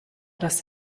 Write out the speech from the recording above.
das